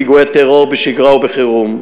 פיגועי טרור בשגרה ובחירום,